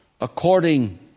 according